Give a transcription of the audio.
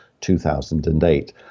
2008